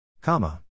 comma